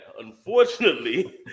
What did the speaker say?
Unfortunately